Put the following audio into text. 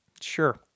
Sure